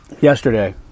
yesterday